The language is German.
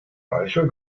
eichel